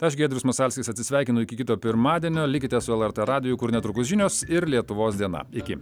aš giedrius masalskis atsisveikinu iki kito pirmadienio likite su lrt radiju kur netrukus žinios ir lietuvos diena iki